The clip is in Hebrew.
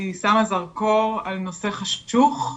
שמה זרקור על נושא חשוך,